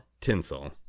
tinsel